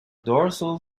dorsal